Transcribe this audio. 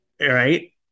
right